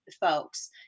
folks